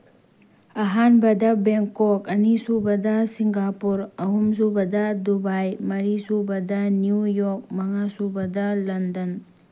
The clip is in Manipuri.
ꯑꯍꯥꯟꯕꯗ ꯕꯦꯡꯀꯣꯛ ꯑꯅꯤ ꯁꯨꯕꯗ ꯁꯤꯡꯒꯥꯄꯨꯔ ꯑꯍꯨꯝ ꯁꯨꯕꯗ ꯗꯨꯕꯥꯏ ꯃꯔꯤ ꯁꯨꯕꯗ ꯅ꯭ꯌꯨ ꯌꯣꯔꯛ ꯃꯉꯥ ꯁꯨꯕꯗ ꯂꯟꯗꯟ